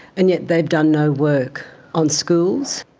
and yet they've done no work on schools.